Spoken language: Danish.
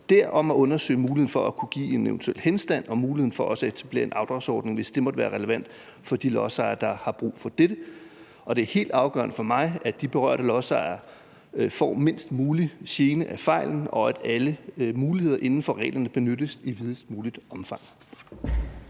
om at undersøge muligheden for at kunne give en eventuel henstand og muligheden for også at etablere en afdragsordning, hvis det måtte være relevant for de lodsejere, der har brug for dette, og det er helt afgørende for mig, at de berørte lodsejere får mindst mulig gene af fejlen, og at alle muligheder inden for reglerne benyttes i videst muligt omfang.